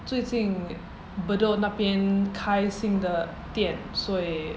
最近 bedok 那边开新的店所以